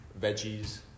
veggies